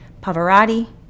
Pavarotti